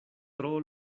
tro